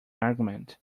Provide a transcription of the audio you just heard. argument